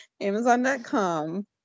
Amazon.com